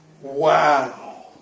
Wow